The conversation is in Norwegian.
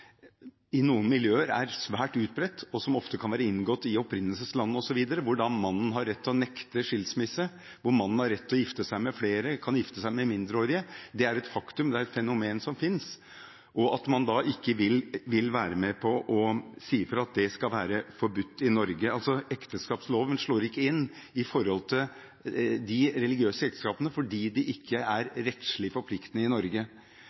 I noen miljøer er dette svært utbredt. De religiøse ekteskapene kan ofte være inngått i opprinnelseslandet, hvor mannen har rett til å nekte skilsmisse, mannen har rett til å gifte seg med flere og kan gifte seg med mindreårige. Dette er et faktum, det er et fenomen som finnes. Man vil altså ikke være med på å si fra at det skal være forbudt i Norge. Ekteskapsloven slår ikke inn for de religiøse ekteskapene fordi de ikke er rettslig forpliktende i Norge.